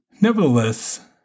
Nevertheless